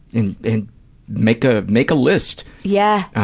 and, and make a, make list. yeah!